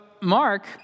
Mark